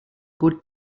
good